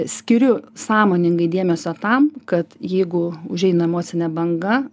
skiriu sąmoningai dėmesio tam kad jeigu užeina emocinė banga